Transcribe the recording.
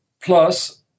Plus